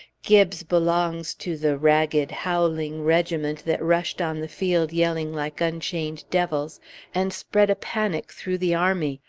gibbes belongs to the ragged howling regiment that rushed on the field yelling like unchained devils and spread a panic through the army,